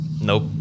Nope